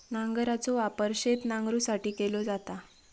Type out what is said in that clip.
नांगराचो वापर शेत नांगरुसाठी केलो जाता